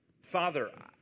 Father